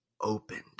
opened